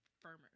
firmer